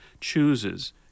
chooses